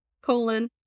colon